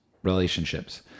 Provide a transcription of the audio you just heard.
relationships